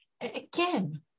again